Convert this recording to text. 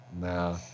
no